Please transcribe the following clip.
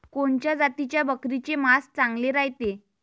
कोनच्या जातीच्या बकरीचे मांस चांगले रायते?